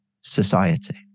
society